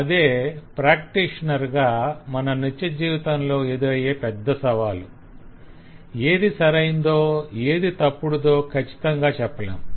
అదే ప్రాక్టిషనర్ గా మన నిత్య జీవితంలో ఎదురైయ్యే పెద్ద సవాలు ఏది సరైనదో ఏది తప్పుడుదో ఖచ్చితంగా చెప్పలేం